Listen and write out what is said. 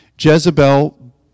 Jezebel